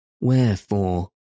Wherefore